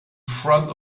front